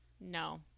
No